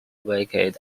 wicket